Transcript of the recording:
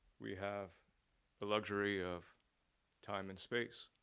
we have the luxury of time and space